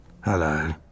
Hello